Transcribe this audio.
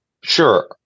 Sure